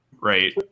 right